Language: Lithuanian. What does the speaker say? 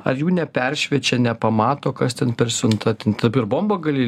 ar jų neperšviečia nepamato kas ten per siunta ten taip ir bombą gali